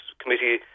committee